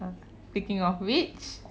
ah speaking of which